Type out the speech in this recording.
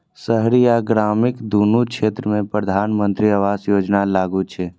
शहरी आ ग्रामीण, दुनू क्षेत्र मे प्रधानमंत्री आवास योजना लागू छै